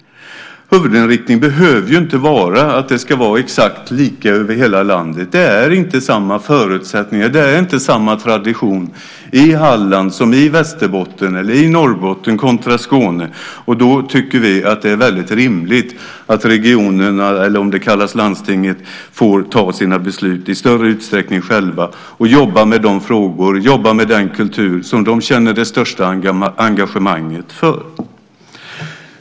Huvudinriktningen behöver inte vara att det ska vara exakt lika över hela landet. Det är inte samma förutsättningar och samma tradition i Halland som i Västerbotten eller i Norrbotten kontra Skåne. Därför tycker vi att det är rimligt att regionerna, eller om det kallas landstingen, får fatta sina beslut själva i större utsträckning och jobba med de frågor och den kultur som de känner det största engagemanget för.